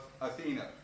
Athena